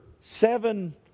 seven